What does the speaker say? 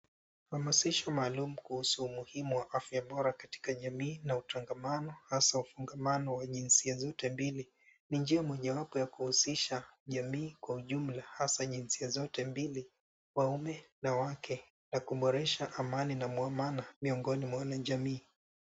Uhamasishi maalum kuhusu afya bora katika jamii na utangamano hasa ufungamano wa jinsia zote mbili ni njia mojawapo ya kuhusisha jamii kwa jumla hasa jinsia zote mbili waume na wake na kuboresha amani na muamana miongoni mwa wanajamii.